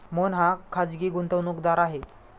मोहन हा खाजगी गुंतवणूकदार आहे